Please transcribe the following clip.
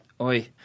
Oi